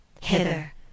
Hither